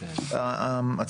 להערכתי,